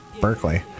Berkeley